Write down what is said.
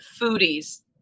foodies